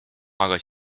aga